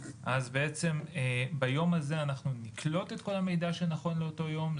אז בעצם ביום הזה אנחנו נקלוט את המידע שנכון לאותו יום,